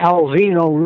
Alvino